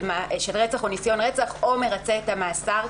רצח או ניסיון רצח או מרצה כבר מאסר.